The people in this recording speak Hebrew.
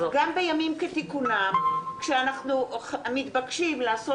גם בימים כתיקונם כשאנחנו מתבקשים לעשות